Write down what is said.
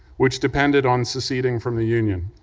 which depended on seceding from the union.